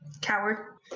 Coward